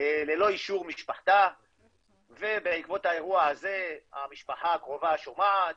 ללא אישור משפחתה ובעקבות האירוע הזה המשפחה הקרובה שומעת